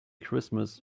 christmas